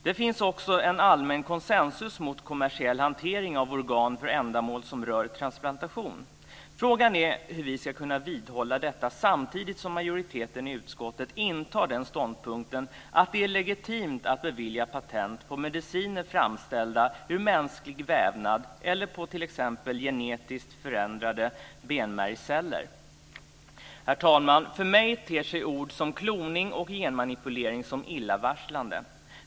Det finns också en allmän konsensus mot kommersiell hantering av organ för ändamål som rör transplantation. Frågan är hur vi ska kunna vidhålla detta samtidigt som majoriteten i utskottet intar den ståndpunkten att det är legitimt att bevilja patent på mediciner framställda ur mänsklig vävnad eller på t.ex. genetiskt förändrade benmärgsceller. Herr talman! För mig ter sig ord som kloning och genmanipulering som illavarslande.